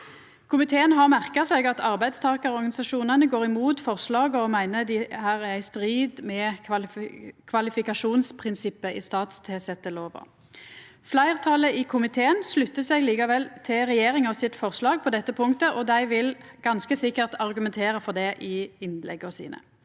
Komiteen har merka seg at arbeidstakarorganisasjonane går imot forslaga og meiner at dei er i strid med kvalifikasjonsprinsippet i statstilsettelova. Fleirtalet i komiteen sluttar seg likevel til forslaget frå regjeringa på dette punktet, og dei vil ganske sikkert argumentera for det i innlegga sine.